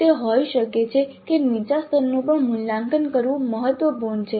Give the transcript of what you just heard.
તે હોઈ શકે છે કે નીચા સ્તરનું પણ મૂલ્યાંકન કરવું મહત્વપૂર્ણ છે